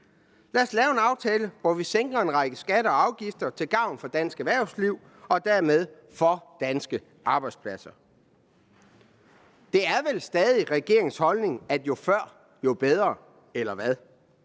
til at lave en aftale om at sænke en række skatter og afgifter til gavn for dansk erhvervsliv og dermed til gavn for danske arbejdspladser. Det er vel stadig regeringens holdning, at jo før, jo bedre, eller hvad?